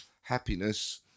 Happiness